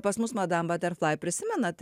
pas mus madam baterflai prisimenat